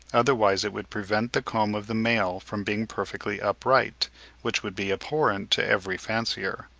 otherwise it would prevent the comb of the male from being perfectly upright which would be abhorrent to every fancier.